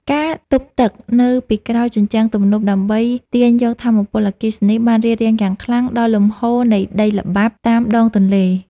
ការទប់ទឹកនៅពីក្រោយជញ្ជាំងទំនប់ដើម្បីទាញយកថាមពលអគ្គិសនី បានរារាំងយ៉ាងខ្លាំងដល់លំហូរនៃដីល្បាប់តាមដងទន្លេ។